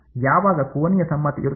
ಯಾವಾಗ ಕೋನೀಯ ಸಮ್ಮಿತಿ ಇರುತ್ತದೆ